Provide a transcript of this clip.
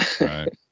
right